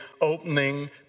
opening